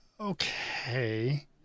okay